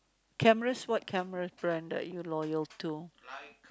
cameras what camera brand are you loyal to